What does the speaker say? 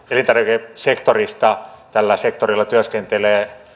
elintarvikesektorista tällä sektorilla työskentelee